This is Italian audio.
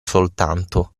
soltanto